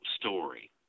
story